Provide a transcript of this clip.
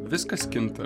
viskas kinta